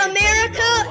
America